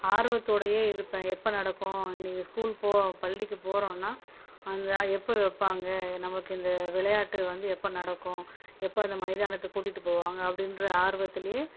ஆர்வத்தோடைய இருப்பேன் எப்போ நடக்கும் நீ ஸ்கூல் போ பள்ளிக்கு போகிறோமனா அந்த எப்போ வைப்பாங்க நமக்கு இந்த விளையாட்டு வந்து எப்போ நடக்கும் எப்போ அந்த மைதானத்துக்கு கூட்டிகிட்டு போவாங்க அப்படின்ற ஆர்வத்திலயே